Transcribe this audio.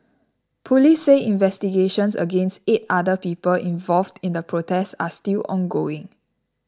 police say investigations against eight other people involved in the protest are still ongoing